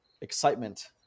Excitement